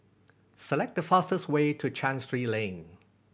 select the fastest way to Chancery Lane